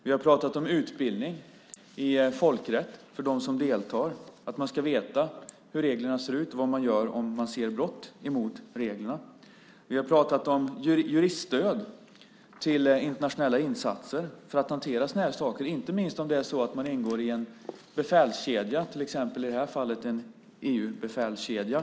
Vi har pratat om utbildning i folkrätt för dem som deltar. Man ska veta hur reglerna ser ut och vad man gör om man ser brott mot reglerna. Vi har pratat om juriststöd till internationella insatser för att hantera sådana saker, inte minst om man ingår i en befälskedja, i det här fallet en EU-befälskedja.